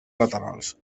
laterals